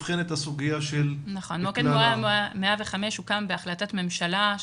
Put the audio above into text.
מוקד 105 הוקם בהחלטת ממשלה.